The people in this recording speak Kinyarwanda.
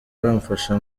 bamfasha